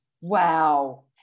Wow